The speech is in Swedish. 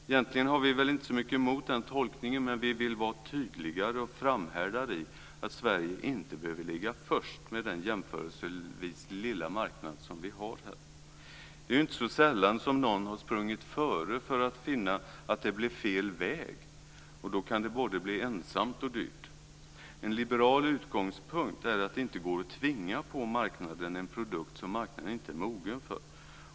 Egentligen har vi väl inte så mycket emot den tolkningen. Men vi vill vara tydligare och framhärdar i att Sverige inte behöver ligga först med den jämförelsevis lilla marknad som vi har här. Det är ju inte så sällan som någon har sprungit före för att finna att det blev fel väg. Och då kan det både bli ensamt och dyrt. En liberal utgångspunkt är att det inte går att tvinga på marknaden en produkt som marknaden inte är mogen för.